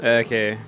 okay